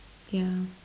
yeah